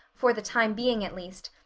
for the time being at least,